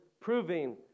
proving